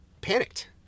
panicked